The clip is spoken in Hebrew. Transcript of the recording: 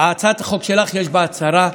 החוק שלך, יש בה הצהרה,